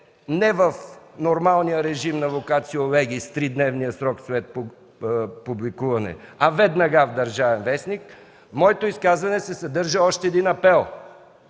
не в нормалния режим на vocatio legis – тридневният срок след публикуването, а веднага в „Държавен вестник”, в моето изказване се съдържа още един апел.